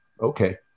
okay